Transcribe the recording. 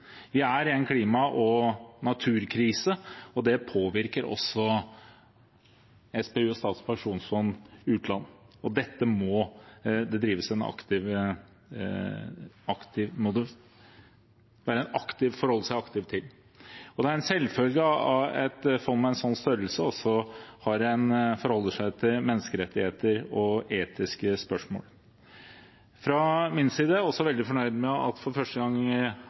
Vi er i en klima- og naturkrise, og det påvirker også Statens pensjonsfond utland. Dette må en aktivt forholde seg til. Det er en selvfølge at et fond på en slik størrelse også forholder seg til menneskerettigheter og etiske spørsmål. Fra min side er jeg også veldig fornøyd med at det i denne fondsmeldingen for første gang